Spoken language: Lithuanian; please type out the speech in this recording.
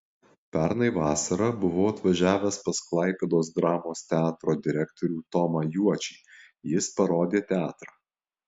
pernai vasarą buvau atvažiavęs pas klaipėdos dramos teatro direktorių tomą juočį jis parodė teatrą